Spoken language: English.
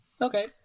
Okay